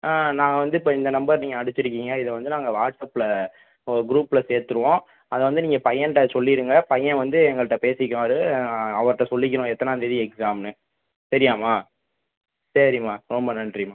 ஆ நான் வந்து இப்போ இந்த நம்பர் நீங்கள் அடிச்சுருக்கீங்க இதை வந்து நாங்கள் வாட்ஸ்அப்பில் ஒரு குரூப்பில் சேர்த்துருவோம் அதை வந்து நீங்கள் பையன்கிட்ட சொல்லிருங்க பையன் வந்து எங்கள்கிட்ட பேசிக்குவார் அவர்கிட்ட சொல்லிக்கிறோம் எத்தனாம்தேதி எக்ஸாம்னு சரியாம்மா சரிம்மா ரொம்ப நன்றிம்மா